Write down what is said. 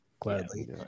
gladly